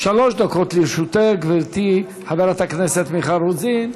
שלוש דקות לרשותך, גברתי חברת הכנסת מיכל רוזין.